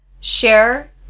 share